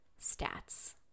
stats